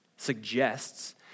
Suggests